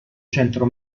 centro